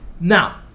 Now